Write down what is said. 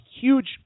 huge